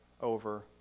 over